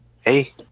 hey